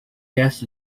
guest